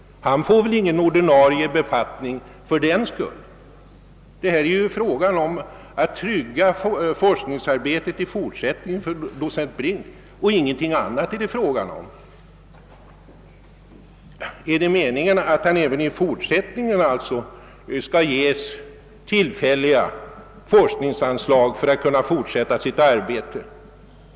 Han får väl ingen ordinarie befattning fördenskull. Här är det ju fråga om att trygga forskningsarbetet i fortsättningen för docent Brink. är det meningen att man även framdeles skall ge honom tillfälliga forskningsanslag för att han skall kunna fortsätta sitt arbete?